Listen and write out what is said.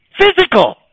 Physical